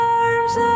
arms